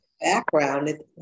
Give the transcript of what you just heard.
background